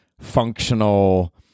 functional